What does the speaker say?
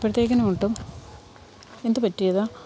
എപ്പഴത്തേക്കിന് കിട്ടും എന്ത് പറ്റിയതാണ്